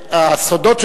סודות,